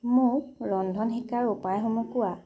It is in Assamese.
মোক ৰন্ধন শিকাৰ উপায়সমূহ কোৱা